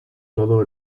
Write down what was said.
todo